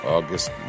August